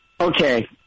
Okay